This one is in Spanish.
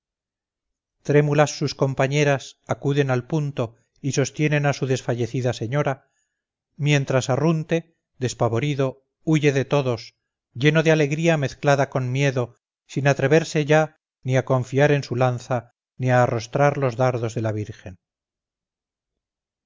trémulas sus compañeras acuden al punto y sostienen a su desfallecida señora mientras arrunte despavorido huye de todos lleno de alegría mezclada con miedo sin atreverse ya ni a confiar en su lanza ni a arrostrar los dardos de la virgen